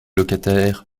locataires